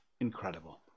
incredible